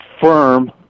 firm